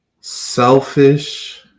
selfish